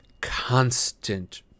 constant